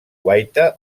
guaita